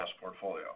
portfolio